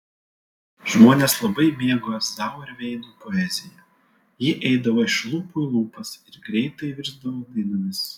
žmonės labai mėgo zauerveino poeziją ji eidavo iš lūpų į lūpas ir greitai virsdavo dainomis